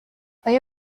آیا